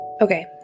Okay